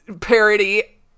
parody